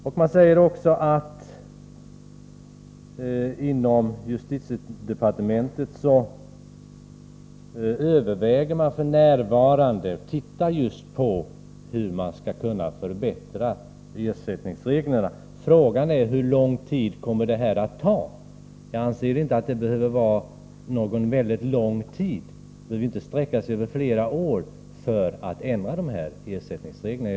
Utskottet skriver också att man inom justitiedepartementet f.n. överväger just hur man skall kunna förbättra ersättningsreglerna. Frågan är: Hur lång tid kommer detta att ta? Jag anser inte att det behöver ta någon lång tid. Att ändra ersättningsreglerna behöver inte sträcka sig över flera år.